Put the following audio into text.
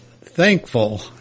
thankful